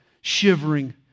shivering